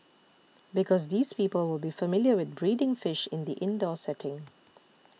because these people will be familiar with breeding fish in the indoor setting